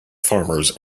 farmers